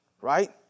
Right